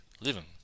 living